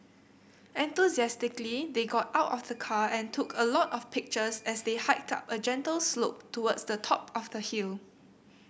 enthusiastically they got out of the car and took a lot of pictures as they hiked up a gentle slope towards the top of the hill